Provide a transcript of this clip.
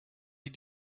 die